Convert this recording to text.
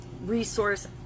resource